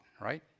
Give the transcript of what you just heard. right